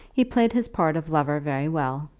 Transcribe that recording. he played his part of lover very well,